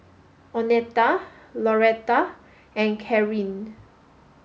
Oneta Loretta and Kareen